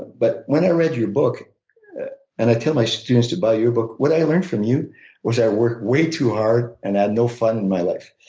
but when i read your book and i tell my students to buy your book what i learned from you is i work way too hard and have no fun in my life.